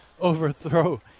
overthrow